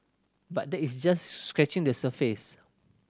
but that is just scratching the surface